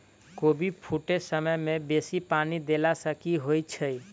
कोबी फूटै समय मे बेसी पानि देला सऽ की होइ छै?